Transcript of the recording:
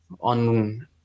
on